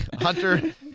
Hunter